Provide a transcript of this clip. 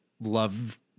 love